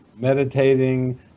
meditating